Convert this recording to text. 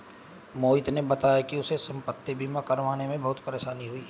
मोहित ने बताया कि उसे संपति बीमा करवाने में बहुत परेशानी हुई